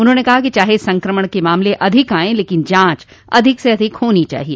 उन्होंने कहा कि चाहे संक्रमण के मामले अधिक आएं लेकिन जांच अधिक से अधिक होनी चाहिए